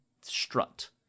strut